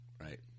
right